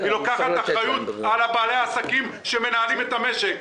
היא לוקחת אחריות על בעלי העסקים שמנהלים את המשק.